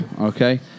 Okay